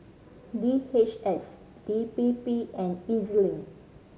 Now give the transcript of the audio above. D H S D P P and E Z Link